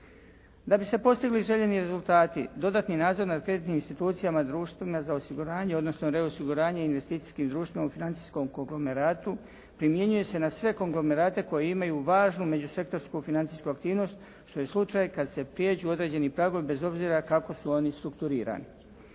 Da bi se postigli željeni rezultati dodatni nadzor nad kreditnim institucijama, društvima za osiguranje odnosno reosiguranje investicijskih društava u financijskom konglomeratu primjenjuje se na sve konglomerate koji imaju važnu međusektorsku financijsku aktivnost što je slučaj kad se prijeđu određeni pragovi bez obzira kako su oni strukturirani.